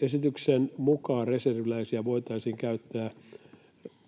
Esityksen mukaan reserviläisiä voitaisiin käyttää